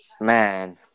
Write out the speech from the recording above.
Man